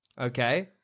Okay